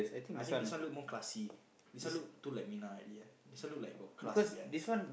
I think this one look more classy this one look too like minah already ah this one look like got class a bit one